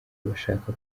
bashaka